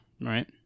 Right